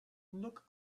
look